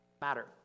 matter